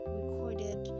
recorded